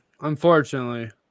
unfortunately